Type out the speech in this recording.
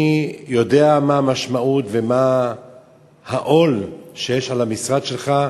אני יודע מה המשמעות ומה העול שיש על המשרד שלך,